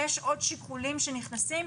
יש עוד שיקולים שנכנסים,